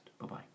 bye-bye